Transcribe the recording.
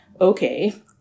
okay